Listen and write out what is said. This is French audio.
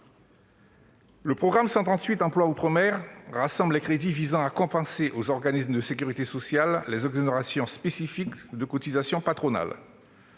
Le programme 138, « Emploi outre-mer », rassemble les crédits visant à compenser, auprès des organismes de sécurité sociale, les exonérations spécifiques de cotisations patronales.